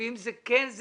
ואם זה כן זה